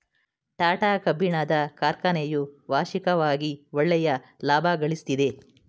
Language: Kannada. ಟಾಟಾ ಕಬ್ಬಿಣದ ಕಾರ್ಖನೆಯು ವಾರ್ಷಿಕವಾಗಿ ಒಳ್ಳೆಯ ಲಾಭಗಳಿಸ್ತಿದೆ